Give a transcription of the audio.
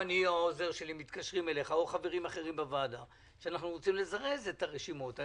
העוזר שלי או חברים אחרים בוועדה מתקשרים אליך כשרוצים לזרז את הרשימות.